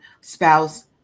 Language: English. spouse